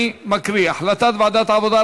אני מקריא: החלטת ועדת העבודה,